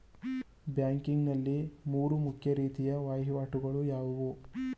Banking ನಲ್ಲಿ ಮೂರು ಮುಖ್ಯ ರೀತಿಯ ವಹಿವಾಟುಗಳು ಯಾವುವು?